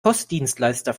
postdienstleister